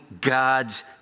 God's